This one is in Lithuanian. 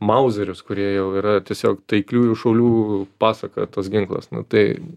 mauzerius kurie jau yra tiesiog taikliųjų šaulių pasaka tas ginklas nu tai